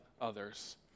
others